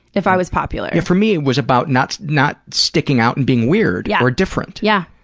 if i was popular. for me, it was about not not sticking out and being weird yeah or different. yeah.